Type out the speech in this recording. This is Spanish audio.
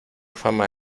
fama